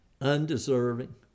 Undeserving